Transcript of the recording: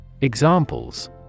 Examples